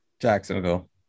Jacksonville